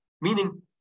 meaning